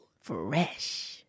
Fresh